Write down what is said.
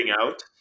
out